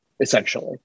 essentially